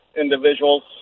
individuals